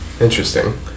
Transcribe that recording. Interesting